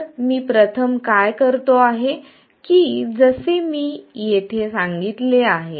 तर मी प्रथम काय करतो आहे की जसे की मी येथे सांगितले आहे